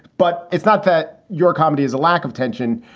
but it's not that your comedy is a lack of tension.